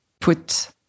put